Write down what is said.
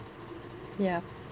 ya